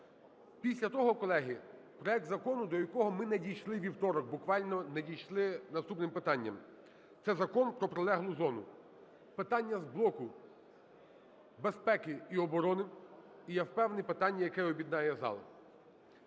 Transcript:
Після того, колеги, проект закону, до якого ми не дійшли у вівторок, буквально не дійшли наступним питанням, це Закон про прилеглу зону. Питання з блоку безпеки і оборони, і, я впевнений, питання, яке об'єднає зал.